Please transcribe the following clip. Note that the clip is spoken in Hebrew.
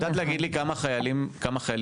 את יודעת להגיד לי כמה חיילים בודדים